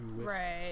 Right